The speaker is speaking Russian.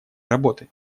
работы